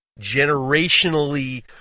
generationally